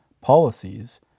policies